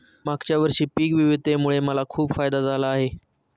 मागच्या वर्षी पिक विविधतेमुळे मला खूप फायदा झाला आहे